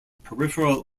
peripheral